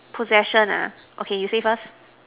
possession lah okay you say first